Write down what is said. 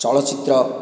ଚଳଚିତ୍ର